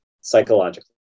psychologically